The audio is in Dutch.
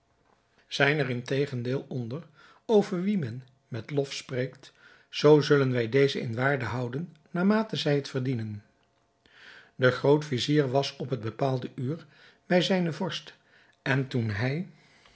zijn er integendeel onder over wie men met lof spreekt zoo zullen wij dezen in waarde houden naarmate zij het verdienen de groot-vizier was op het bepaalde uur bij zijnen vorst en toen hij